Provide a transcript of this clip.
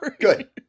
Good